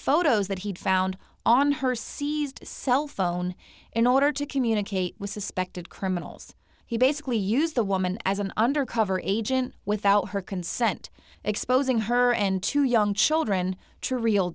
photos that he'd found on her seized cell phone in order to communicate with suspected criminals he basically used the woman as an undercover agent without her consent exposing her and two young children to real